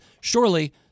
surely